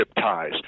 ties